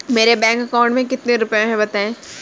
मेरे bank account में कितने रुपए हैं बताएँ?